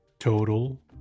Total